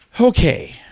Okay